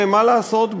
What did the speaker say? מה לעשות,